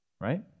right